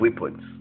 weapons